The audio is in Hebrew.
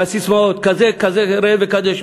והססמאות, כזה ראה וקדש.